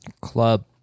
Club